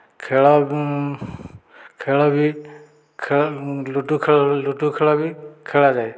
ଖେଳ ଖେଳ ବି ଖେଳ ଲୁଡୁ ଖେଳ ଲୁଡୁ ଖେଳ ବି ଖେଳା ଯାଏ